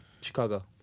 Chicago